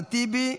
אחמד טיבי,